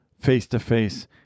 face-to-face